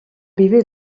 viver